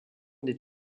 des